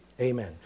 Amen